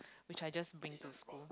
which I just bring to school